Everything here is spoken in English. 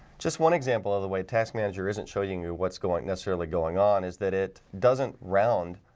just one example of the way task manager isn't showing you what's going necessarily going on is that it doesn't round